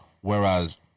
Whereas